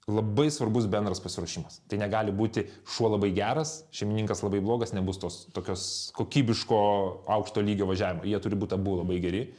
labai svarbus bendras pasiruošimas tai negali būti šuo labai geras šeimininkas labai blogas nebus tos tokios kokybiško aukšto lygio važiavimo jie turi būt abu labai geri